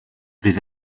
fydd